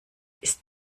ist